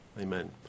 Amen